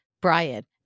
Brian